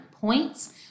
points